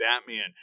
Batman